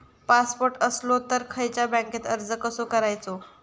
Passport असलो तर खयच्या बँकेत अर्ज कसो करायचो?